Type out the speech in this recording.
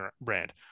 brand